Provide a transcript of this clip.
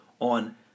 on